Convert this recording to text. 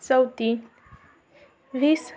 चौथी वीस